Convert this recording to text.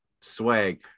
swag